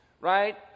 right